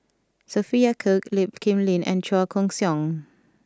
Sophia Cooke Lee Kip Lin and Chua Koon Siong